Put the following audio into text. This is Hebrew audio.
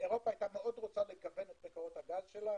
אירופה היתה מאוד רוצה לגוון את מקורות הגז שלה